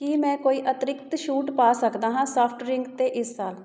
ਕੀ ਮੈਂ ਕੋਈ ਅਤਰਿਕਤ ਛੂਟ ਪਾ ਸਕਦਾ ਹਾਂ ਸਾਫਟ ਡਰਿੰਕ 'ਤੇ ਇਸ ਸਾਲ